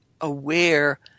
aware